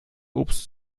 obst